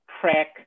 track